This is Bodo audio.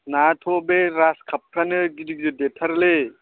नायाथ' बे ग्रासखापफ्रानो गिदिर गिदिर देरथारोलै